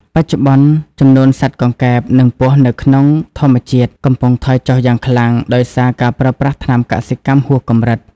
បច្ចុប្បន្ន ចំនួនសត្វកង្កែប និងពស់នៅក្នុងធម្មជាតិកំពុងថយចុះយ៉ាងខ្លាំង ដោយសារការប្រើប្រាស់ថ្នាំកសិកម្មហួសកម្រិត។